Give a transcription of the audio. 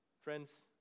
Friends